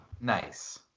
Nice